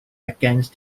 against